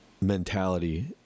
mentality